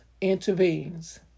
intervenes